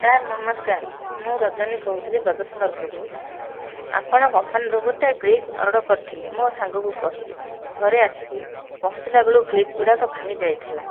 sir ନମସ୍କାର ମୁଁ ରଜନୀ କହୁଥିଲି ବ୍ରଜସୁନ୍ଦରପୁରରୁ ଆପଣ କମ୍ପାନୀରୁ ଗୋଟିଏ କ୍ଲିପ୍ ଅର୍ଡ଼ର କରିଥିଲେ ମୋ ସାଙ୍ଗକୁ କହିକି ଘରେ ଆସିକି ପହଞ୍ଚିଲା ବେଳୁ କ୍ଲିପ୍ ଗୁଡ଼ାକ ଭାଙ୍ଗି ଯାଇଥିଲା